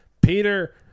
Peter